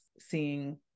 seeing